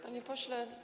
Panie Pośle!